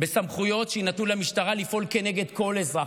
בסמכויות שיינתנו למשטרה לפעול כנגד כל אזרח.